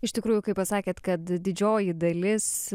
iš tikrųjų kai pasakėt kad didžioji dalis